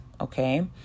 Okay